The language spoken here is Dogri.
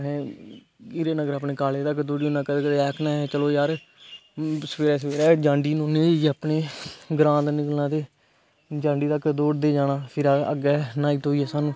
आसें हीरानगर अपने काॅलेज तक दोड़ी ओड़ना कंदे कंदे आक्खना चलो जार सबेरे सबेरे जांढी तक अफने ग्रां दा निकलना ते जांडी तक दौड़दे जाना फिर अग्गे न्हाई धोई सानू